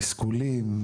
תסכולים,